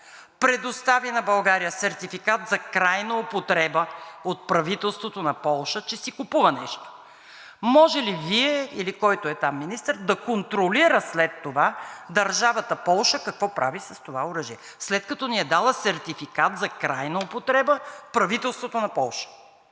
предостави на България сертификат за крайна употреба от правителството на Полша, че си купува нещо? Може ли Вие или който е там министър да контролира след това държавата Полша какво прави с това оръжие, след като ни е дала сертификат за крайна употреба от правителството на Полша?